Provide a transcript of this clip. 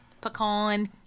pecan